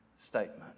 statement